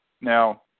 Now